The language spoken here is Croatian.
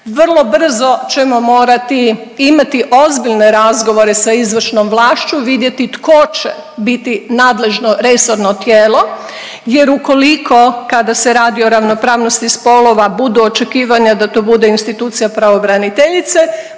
Vrlo brzo ćemo morati imati ozbiljne razgovore sa izvršnom vlašću, vidjeti tko će biti nadležno resorno tijelo jer ukoliko kada se radi o ravnopravnosti spolova budu očekivanja da to bude institucija pravobraniteljice